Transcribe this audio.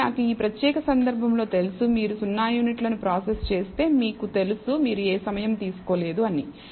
కాబట్టి నాకు ఈ ప్రత్యేక సందర్భంలో తెలుసుమీరు 0 యూనిట్లను ప్రాసెస్ చేస్తే మీకు తెలుసు మీరు ఏ సమయం తీసుకోలేదు అని